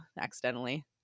accidentally